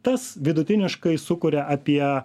tas vidutiniškai sukuria apie